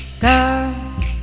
girls